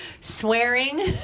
swearing